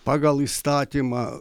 pagal įstatymą